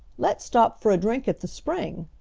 let's stop for a drink at the spring,